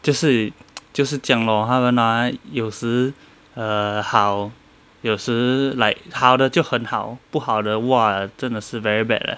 就是就是这样 lor !wah! 他们 ah 有时 err 好有时 like 好的就很好不好的 !wah! 真的是 very bad leh